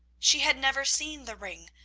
she had never seen the ring,